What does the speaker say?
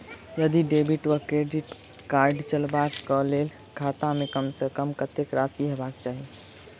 यदि डेबिट वा credit card चलबाक कऽ लेल खाता मे कम सऽ कम कत्तेक राशि हेबाक चाहि?